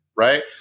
Right